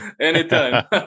Anytime